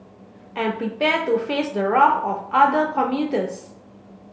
and prepare to face the wrath of other commuters